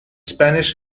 spanish